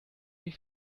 die